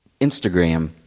Instagram